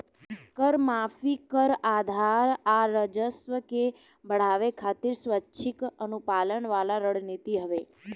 कर माफी, कर आधार आ राजस्व के बढ़ावे खातिर स्वैक्षिक अनुपालन वाला रणनीति हवे